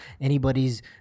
anybody's